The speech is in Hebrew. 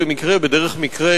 בדרך מקרה,